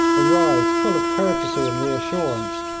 arrived full of courtesy and reassurance,